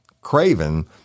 Craven